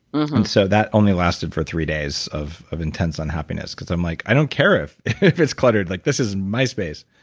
um and so that only lasted for three days of of intense unhappiness because i'm like, i don't care if if it's cluttered. like this is my space,